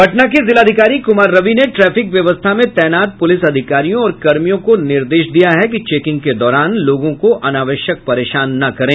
पटना के जिलाधिकारी कुमार रवि ने ट्रैफिक व्यवस्था में तैनात पुलिस अधिकारियों और कर्मियों को निर्देश दिया है कि चेकिंग के दौरान लोगों को अनावश्यक परेशान न करें